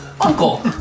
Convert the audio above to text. Uncle